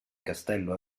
castello